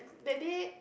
that day